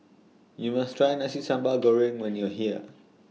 YOU must Try Nasi Sambal Goreng when YOU Are here